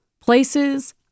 places